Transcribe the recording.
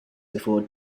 before